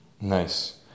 Nice